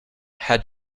had